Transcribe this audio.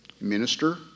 minister